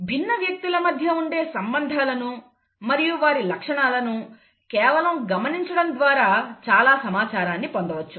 భిన్న వ్యక్తుల మధ్య ఉండే సంబంధాలను మరియు వారి లక్షణాలను కేవలం గమనించడం ద్వారా చాలా సమాచారం పొందవచ్చు